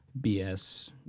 BS